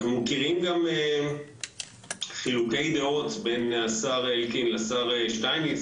אנחנו מכירים גם חילוקי דעות בין השר אלקין לשר שטייניץ